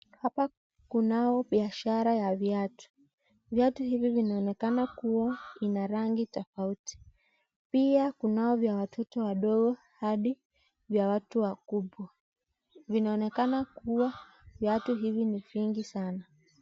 Hapa kunao biashara ya viatu. Viatu hivi vinaonekana kua ina rangi tofauti. Pia kunao vya watoto wadogo hadi vya watu wakubwa. Vinaonekana kuwa viatu hivi ni vingi sana.